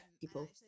people